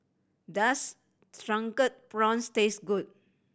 does Drunken Prawns taste good